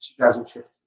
2015